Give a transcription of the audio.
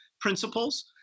principles